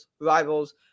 rivals